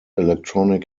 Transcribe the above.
electronic